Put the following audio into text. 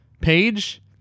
page